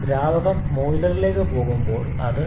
ദ്രാവകം ബോയിലറിലേക്ക് പോകുമ്പോൾ അത് 0